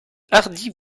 hardi